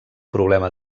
problema